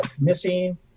missing